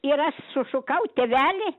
ir aš sušukau tėveli